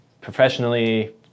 professionally